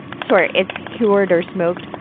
sure, it's cured or smoked,